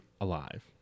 alive